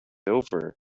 over